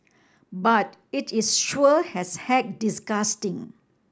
but it is sure has heck disgusting